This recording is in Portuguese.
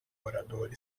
orador